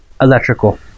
Electrical